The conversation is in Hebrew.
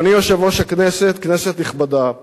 אדוני יושב-ראש הכנסת, כנסת נכבדה,